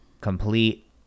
complete